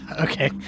Okay